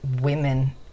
women